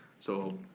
so